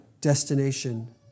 destination